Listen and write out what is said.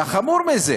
והחמור מזה,